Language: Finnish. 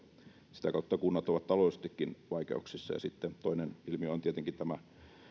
kautta kunnat ovat taloudellisestikin vaikeuksissa toinen ilmiö on tietenkin tämä